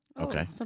Okay